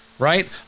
Right